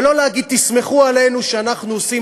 ולא להגיד: תסמכו עלינו שאנחנו עושים